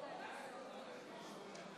התוצאות: